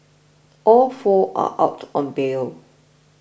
all four are out on bail